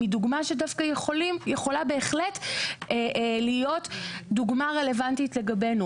היא דוגמה שדווקא יכולה להיות דוגמה רלוונטית לגבינו.